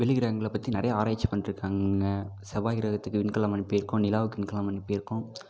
வெளி கிரகங்களை பற்றி நிறையா ஆராய்ச்சி பண்ணிட்ருக்காங்க செவ்வாய் கிரகத்துக்கு விண்கலம் அனுப்பிருக்கோம் நிலாவுக்கு விண்கலம் அனுப்பியிருக்கோம்